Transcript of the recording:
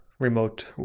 remote